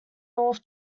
north